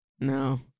No